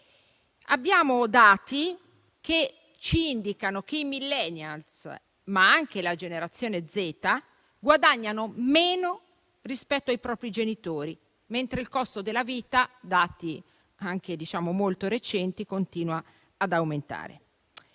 Abbiamo dati che ci indicano che i Millennials, ma anche la generazione Z, guadagnano meno rispetto ai propri genitori, mentre secondo dati molti recenti il costo della vita continua ad aumentare.